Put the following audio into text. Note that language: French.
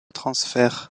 transfert